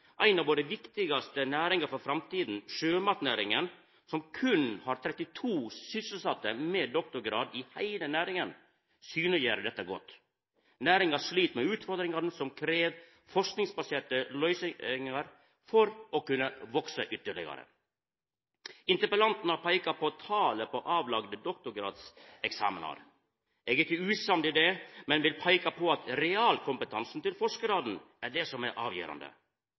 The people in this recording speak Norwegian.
viktigaste næringar for framtida, sjømatnæringa, som berre har 32 med doktorgrad sysselsette, synleggjer dette godt. Næringa slit med utfordringar som krev forskingsbaserte løysingar for å kunna veksa ytterlegare. Interpellanten har påpeika talet på avlagde doktorgradseksamenar. Eg er ikkje usamd i det, men vil peika på at realkompetansen til forskarane er det som er avgjerande.